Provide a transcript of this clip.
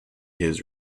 his